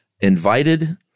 invited